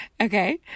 Okay